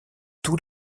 tous